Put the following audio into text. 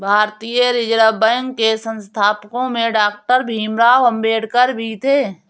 भारतीय reserve bank के संस्थापकों में डॉक्टर भीमराव अंबेडकर भी थे